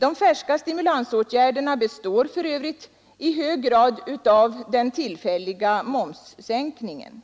De färska stimulansåtgärderna består för övrigt i hög grad av den tillfälliga momssänkningen,